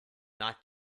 not